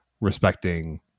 respecting